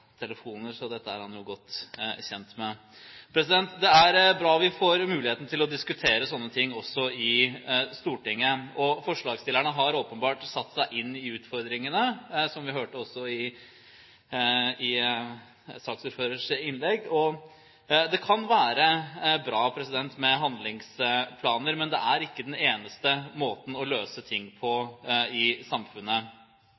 telefoner, så dette er han jo godt kjent med. Det er bra at vi får muligheten til å diskutere sånne ting også i Stortinget. Forslagsstillerne har åpenbart satt seg inn i utfordringene, som vi også hørte i saksordførers innlegg. Det kan være bra med handlingsplaner, men det er ikke den eneste måten å løse ting